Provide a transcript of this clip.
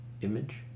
image